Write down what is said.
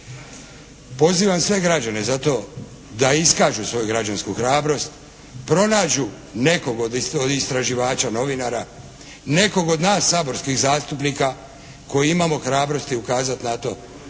Pozivam sve građane za to da iskažu svoju građansku hrabrost, pronađu nekog od istraživača novinara, nekog od nas saborskih zastupnika koji imamo ukazati na to